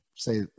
say